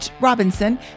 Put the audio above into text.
Robinson